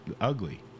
ugly